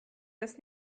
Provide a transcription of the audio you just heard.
das